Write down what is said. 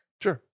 Sure